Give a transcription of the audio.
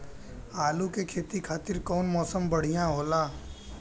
आलू के खेती खातिर कउन मौसम बढ़ियां होला?